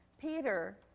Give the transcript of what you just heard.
Peter